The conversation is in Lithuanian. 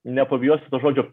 nepabijosiu to žodžio